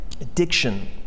addiction